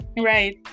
Right